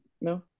No